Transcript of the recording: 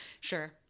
sure